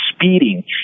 speeding